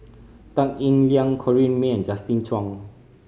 Tan Eng Liang Corrinne May and Justin Zhuang